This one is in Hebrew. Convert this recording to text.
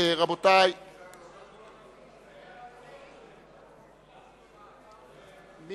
אדוני היושב-ראש, חברי חברי הכנסת, אני